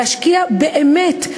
להשקיע באמת,